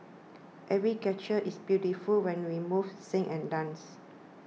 every gesture is beautiful when we move sing and dance